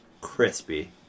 Crispy